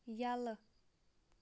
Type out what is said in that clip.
یَلہٕ